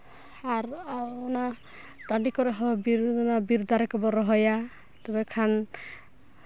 ᱟᱨ ᱚᱱᱟ ᱴᱟᱺᱰᱤ ᱠᱚᱨᱮ ᱦᱚᱸ ᱵᱤᱨ ᱫᱟᱨᱮ ᱠᱚᱵᱚᱱ ᱨᱚᱦᱚᱭᱟ ᱛᱚᱵᱮ ᱠᱷᱟᱱ